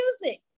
music